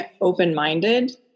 open-minded